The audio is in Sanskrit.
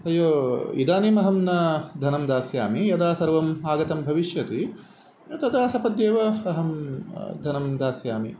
अय्यो इदानीमहं न धनं दास्यामि यदा सर्वम् आगतं भविष्यति तदा सपद्येव अहं धनं दास्यामि